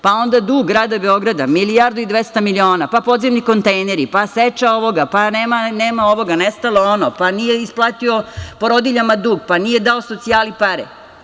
Zatim dug grada Beograda, 1.200.000.000, pa podzemni kontejneri, pa seča ovoga, pa nema onoga, nestalo ono, pa nije isplatio porodiljama dug, pa nije dao socijali pare.